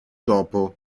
dopo